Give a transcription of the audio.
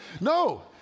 No